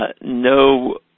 no